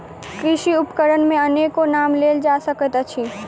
कृषि उपकरण मे अनेको नाम लेल जा सकैत अछि